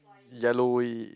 yellow way